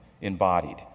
embodied